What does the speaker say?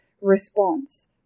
response